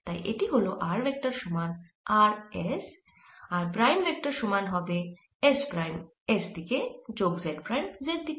তাই এটি হল r ভেক্টর সমান r s r prime vector সমান হবে s প্রাইম s দিকে যোগ z প্রাইম z দিকে